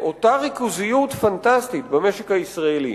אותה ריכוזיות פנטסטית במשק הישראלי,